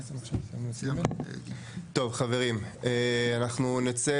טוב חברים, אנחנו נצא